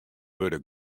wurde